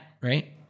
right